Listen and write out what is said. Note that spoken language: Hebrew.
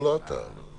לא לא, לא אתה.